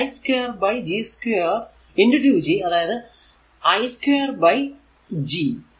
അപ്പോൾ i2 G2 2 G അതായതു i lrm by G